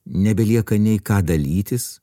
nebelieka nei ką dalytis